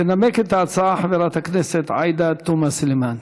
תנמק את ההצעה חברת הכנסת עאידה תומא סלימאן.